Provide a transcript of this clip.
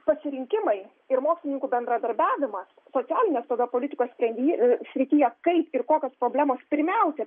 pasirinkimai ir mokslininkų bendradarbiavimas socialinės tada politikos sprendy srityje kaip ir kokios problemos pirmiausia